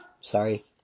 Sorry